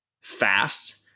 fast